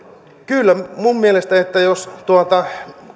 kyllä minun mielestäni on niin että jos